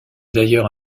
d’ailleurs